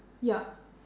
yup